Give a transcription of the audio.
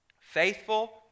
Faithful